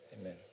amen